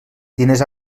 diners